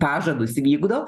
pažadus vykdo